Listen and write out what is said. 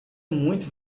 muito